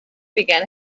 began